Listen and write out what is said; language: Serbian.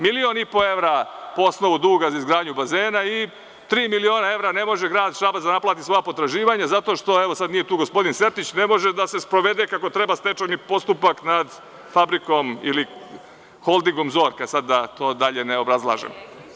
Milion i po evra, po osnovu duga za izgradnju bazena, i tri miliona evra ne može grad Šabac da naplati svoja potraživanja, zato što, evo, sad nije tu gospodin Sertić, ne može da se sprovede kako treba stečajni postupak nad fabrikom ili holdingom „Zorka“, sada da to dalje ne obrazlažem.